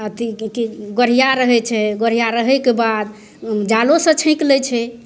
अथी कि गोढ़िआ रहै छै गोढ़िआ रहैके बाद जालोसे छाँकि लै छै